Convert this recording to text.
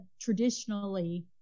traditionally